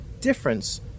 difference